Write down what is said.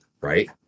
right